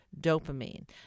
dopamine